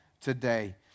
today